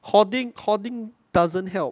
hoarding hoarding doesn't help